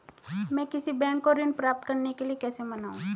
मैं किसी बैंक को ऋण प्राप्त करने के लिए कैसे मनाऊं?